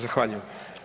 Zahvaljujem.